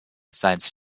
science